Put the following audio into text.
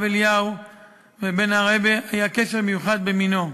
אליהו לבין הרעבע היה קשר מיוחד במינו,